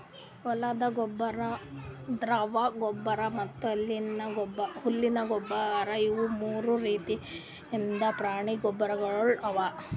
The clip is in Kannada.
ಹೊಲ್ದ ಗೊಬ್ಬರ್, ದ್ರವ ಗೊಬ್ಬರ್ ಮತ್ತ್ ಹುಲ್ಲಿನ ಗೊಬ್ಬರ್ ಇವು ಮೂರು ರೀತಿದ್ ಪ್ರಾಣಿ ಗೊಬ್ಬರ್ಗೊಳ್ ಅವಾ